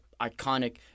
iconic